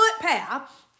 footpath